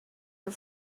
are